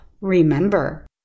remember